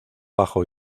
bajo